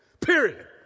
Period